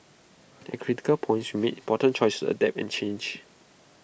at critical points made important choices to adapt and change